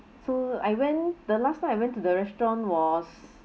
so I went the last time I went to the restaurant was